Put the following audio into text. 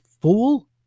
fool